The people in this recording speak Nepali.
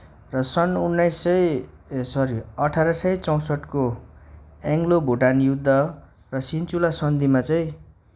र सन उन्नाइस सय ए सरी अठार सय चौसठको एङ्ग्लो भुटान युद्ध र सिञ्चुला सन्धिमा चाहिँ